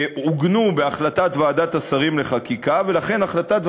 שעוגנו בהחלטת ועדת השרים לחקיקה,